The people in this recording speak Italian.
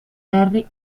henry